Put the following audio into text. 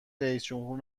رییسجمهور